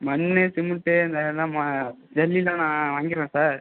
மண் சிமெண்ட்டு அந்த இதெலாம் ஜல்லியெலாம் நான் வாங்கிடுவேன் சார்